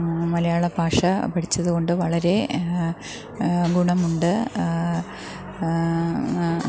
മലയാള ഭാഷ പഠിച്ചതു കൊണ്ട് വളരെ ഗുണമുണ്ട്